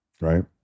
right